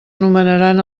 nomenaran